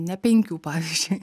ne penkių pavyzdžiui